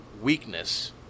weakness